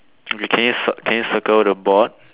can you swap can you circle the board